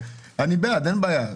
אני בעד, אין בעיה.